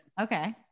Okay